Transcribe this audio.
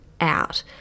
out